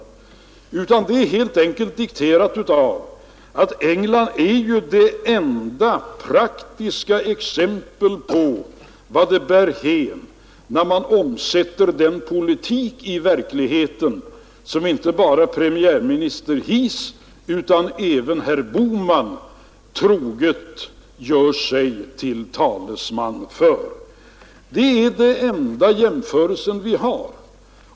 Det är helt enkelt dikterat av att England är det enda praktiska exemplet på vart det bär hän, när man omsätter den politik i verkligheten som inte bara premiärminister Heath utan även herr Bohman troget gör sig till talesman för. Det är den enda jämförelsen vi har.